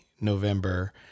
November